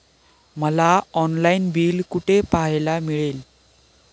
मला online bill कुठे पाहायला मिळेल?